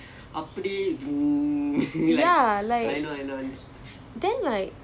then I was just like looking at my laptop then I just zone out lah